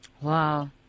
Wow